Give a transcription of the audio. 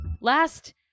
Last